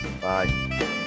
Bye